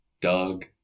Doug